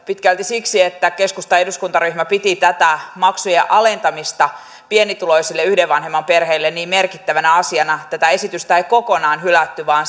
pitkälti siksi että keskustan eduskuntaryhmä piti tätä maksujen alentamista pienituloisille yhden vanhemman perheille niin merkittävänä asiana että tätä esitystä ei kokonaan hylätty vaan